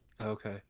Okay